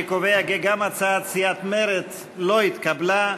אני קובע כי גם הצעת סיעת מרצ לא התקבלה.